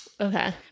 Okay